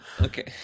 okay